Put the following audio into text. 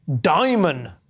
Diamond